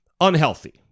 unhealthy